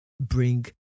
bring